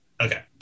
Okay